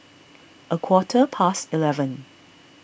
a quarter past eleven